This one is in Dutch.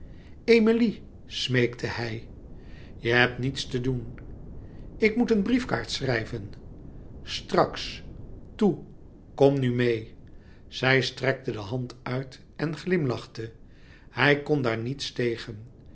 smeekte hij je hebt niets te doen ik moet een briefkaart schrijven louis couperus metamorfoze straks toe kom nu meê zij strekte de hand uit en glimlachte hij kon daar niet tegen